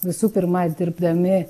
visų pirma dirbdami